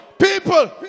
People